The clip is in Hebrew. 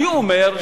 אני אומר,